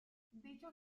dichos